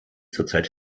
zurzeit